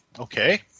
Okay